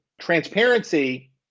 Transparency